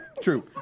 true